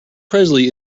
presley